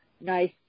nice